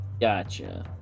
Gotcha